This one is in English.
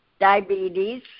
diabetes